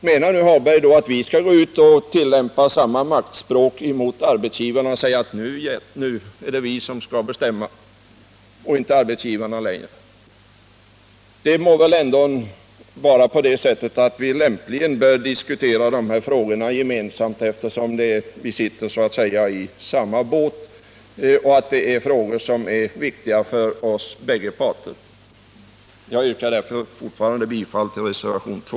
Menar nu Lars-Ove Hagberg att vi skall tillämpa samma maktspråk mot arbetsgivarna och säga att nu skall vi bestämma och inte längre arbetsgivarna? Vi bör väl lämpligen diskutera dessa frågor gemensamt, eftersom vi så att säga sitter i samma båt och frågorna är viktiga för oss bägge parter. Herr talman! Jag yrkar fortfarande bifall till reservationen 2.